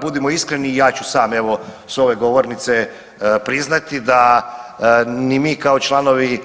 Budimo iskreni i ja ću sam s ove govornice priznati da ni mi kao članovi